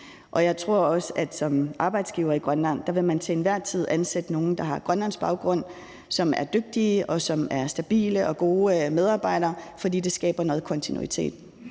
og jeg tror også, at man som arbejdsgiver i Grønland til enhver tid vil ansætte nogle, der har grønlandsk baggrund, og som er dygtige og stabile og gode medarbejdere, for det skaber noget kontinuitet.